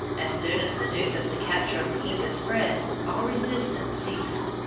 as soon as the news of the capture of the inca spread, all resistance ceased.